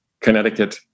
Connecticut